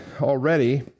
already